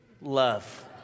love